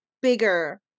bigger